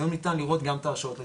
היום ניתן לראות גם את ההרשאות לתכנון,